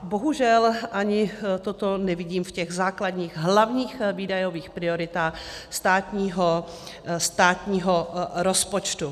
Bohužel, ani toto nevidím v těch základních hlavních výdajových prioritách státního rozpočtu.